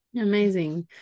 Amazing